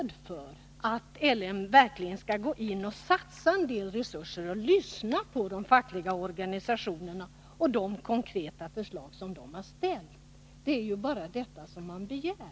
Det gäller att L M Ericsson verkligen går in och satsar en del resurser samt lyssnar på de fackliga organisationerna och till de konkreta förslag som dessa har framställt. Det är ju bara detta som man begär.